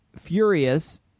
Furious